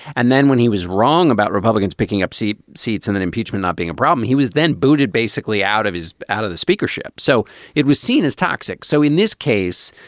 and then when he was wrong about republicans picking up seat seats in an impeachment, not being a problem, he was then booted basically out of his out of the speakership. so it was seen as toxic. so in this case,